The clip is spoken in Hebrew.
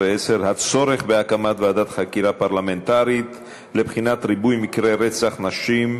1710: הצורך בהקמת ועדת חקירה פרלמנטרית בנושא ריבוי מקרי רצח נשים.